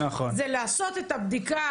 לעשות את הבדיקה